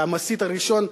המסית הראשון,